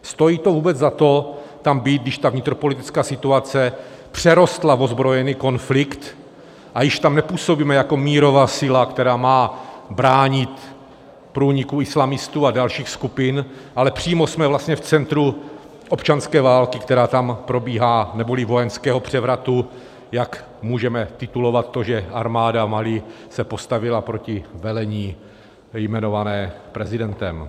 Stojí to vůbec za to tam být, když ta vnitropolitická situace přerostla v ozbrojený konflikt a již tam nepůsobíme jako mírová síla, která má bránit průniku islamistů a dalších skupin, ale přímo jsme vlastně v centru občanské války, která tam probíhá, neboli vojenského převratu, jak můžeme titulovat to, že armáda Mali se postavila proti velení jmenované prezidentem?